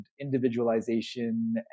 individualization